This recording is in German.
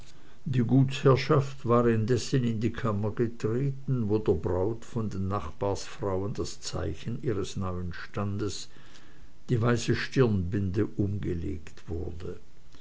die gutsherrschaft war indessen in die kammer getreten wo der braut von den nachbarfrauen das zeichen ihres neuen standes die weiße stirnbinde umgelegt wurde